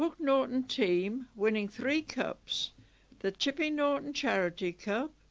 um norton team winning three cups the chipping norton charity cup,